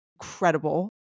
incredible